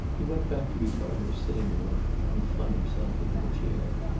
he went back to ricardo's sitting-room and flung himself into a chair.